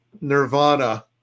Nirvana